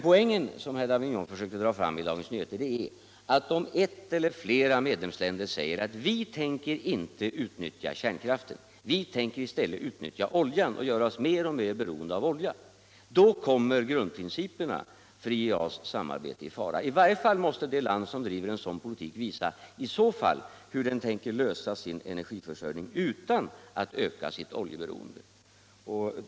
Poängen som herr Davignon försökte dra fram i Dagens Nyheter är att om ett medlemsland eller flera medlemsländer säger: ”Vi tänker inte utnyttja kärnkraften, utan vi tänker i stället utnyttja oljan och göra oss mer och mer beroende av olja”, kommer grundprinciperna för IEA:s samarbete i fara. Åtminstone måste det land som driver en sådan politik i så fall visa hur det tänker lösa sitt energiförsörjningsproblem utan att behöva öka sitt oljeberoende.